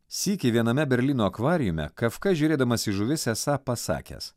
sykį viename berlyno akvariume kafka žiūrėdamas į žuvis esą pasakęs